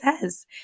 says